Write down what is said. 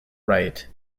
right